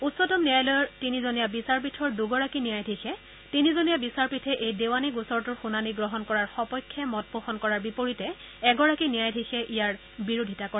উচ্চতম ন্যায়ালয়ৰ তিনিজনীয়া বিচাৰপীঠৰ দুগৰাকী ন্যায়াধীশে তিনিজনীয়া বিচাৰপীঠে এই দেৱানী গোচৰটোৰ শুনানি গ্ৰহণ কৰাৰ সপক্ষে মত পোষণ কৰাৰ বিপৰীতে এগৰাকী ন্যায়াধীশে ইয়াৰ বিৰোধিতা কৰে